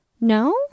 No